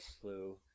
flu